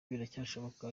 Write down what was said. biracyashoboka